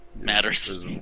matters